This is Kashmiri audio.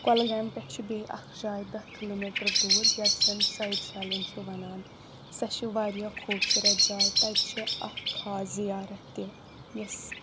کۄلگامہِ پٮ۪ٹھ چھِ بیٚیہِ اَکھ جاے دہ کِلوٗ میٖٹر دوٗر یَتھ زَن سعید سالین چھِ وَنان سۄ چھِ واریاہ خوٗبصوٗرت جاے تَتہِ چھِ اَکھ خاص زیارَت تہِ یۄس